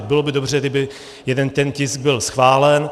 Bylo by dobře, kdyby jeden ten tisk byl schválen.